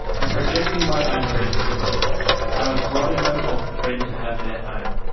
in projecting my own dreams for them i was robbing them of the freedom to have their own.